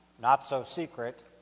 not-so-secret